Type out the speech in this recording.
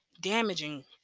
damaging